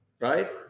Right